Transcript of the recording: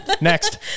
Next